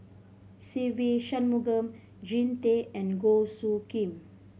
Se Ve Shanmugam Jean Tay and Goh Soo Khim